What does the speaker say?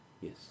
Yes